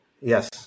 Yes